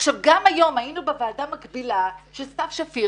גם היום היינו בוועדה המקבילה של סתיו שפיר